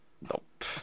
Nope